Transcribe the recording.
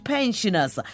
Pensioners